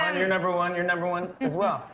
and you're number one. you're number one, as well.